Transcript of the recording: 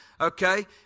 okay